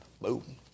Boom